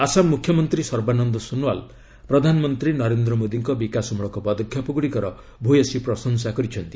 ଆସାମ ମୁଖ୍ୟମନ୍ତ୍ରୀ ସର୍ବାନନ୍ଦ ସୋନୱାଲ୍ ପ୍ରଧାନମନ୍ତ୍ରୀ ନରେନ୍ଦ୍ର ମୋଦୀଙ୍କ ବିକାଶ ମୂଳକ ପଦକ୍ଷେପ ଗୁଡ଼ିକର ଭୂୟସୀ ପ୍ରଶଂସା କରିଛନ୍ତି